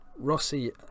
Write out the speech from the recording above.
Rossi